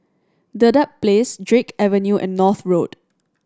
Dedap Place Drake Avenue and North Road